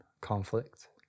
conflict